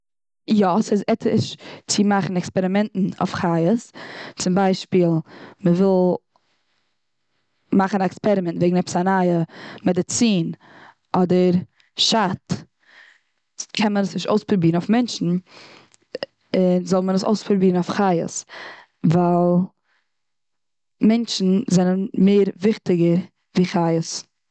יא, ס'איז עטיש צו מאכן עקספערימענטן אויף חיות. צום ביישפיל: מאכן א עקספערימענט וועגן א נייע וואקסין, אדער שאט קען מען עס נישט אויספרובירן אויף מענטשן, זאל מען עס אויספרובירן אויף חיות. ווייל מענטשן זענען מער וויכטיגער ווי חיות.